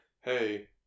hey